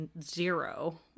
zero